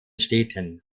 städten